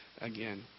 again